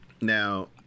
Now